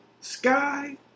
sky